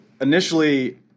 initially